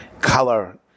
color